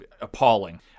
appalling